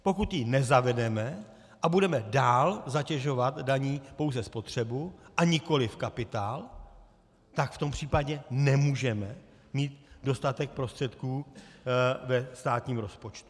Pokud ji nezavedeme a budeme dál zatěžovat daní pouze spotřebu a nikoliv kapitál, tak v tom případě nemůžeme mít dostatek prostředků ve státním rozpočtu.